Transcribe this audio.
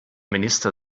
minister